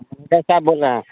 हम साहब बोल रहे हैं